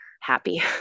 happy